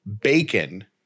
bacon